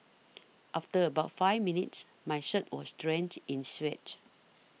after about five minutes my shirt was drenched in sweat